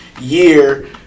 year